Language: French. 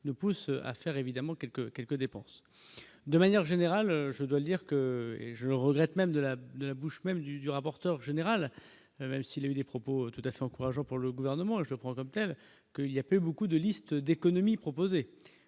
nous pousse à faire évidemment quelques quelques dépenses de manière générale, je dois dire que je regrette même de la de la bouche même du du rapporteur général, même s'il a eu des propos tout à fait encourageant pour le gouvernement et je prends comme tels que il y avait beaucoup de listes d'économies proposées